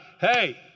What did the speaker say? Hey